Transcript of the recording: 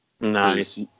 Nice